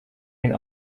den